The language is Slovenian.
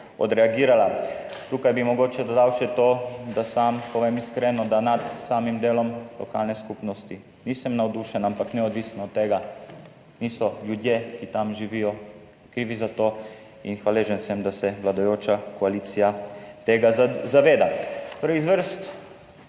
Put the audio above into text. odreagirala. Tukaj bi mogoče dodal še to, da sam povem iskreno, da nad samim delom lokalne skupnosti nisem navdušen, ampak neodvisno od tega, niso ljudje, ki tam živijo, krivi za to in hvaležen sem, da se vladajoča koalicija tega zaveda. Iz vrst